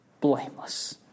blameless